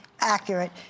accurate